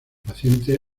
paciente